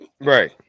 Right